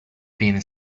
been